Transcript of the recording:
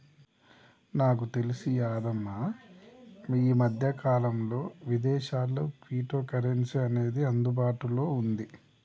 నాకు తెలిసి యాదమ్మ ఈ మధ్యకాలంలో విదేశాల్లో క్విటో కరెన్సీ అనేది అందుబాటులో ఉంది